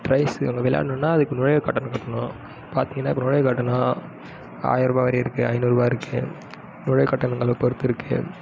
price விளாட்ணுனா அதுக்கு நுழைவு கட்டணம் கட்டணும் பார்த்தீங்கனா நுழைவு கட்டணம் ஆயரரூவா வரையும் இருக்கு ஐநூறுரூவா இருக்கு நுழைவு கட்டணங்களை பொறுத்து இருக்கு